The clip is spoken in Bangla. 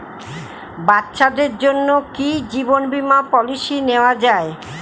বাচ্চাদের জন্য কি জীবন বীমা পলিসি নেওয়া যায়?